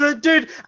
Dude